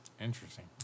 Interesting